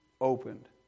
opened